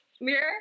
Mirror